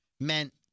Meant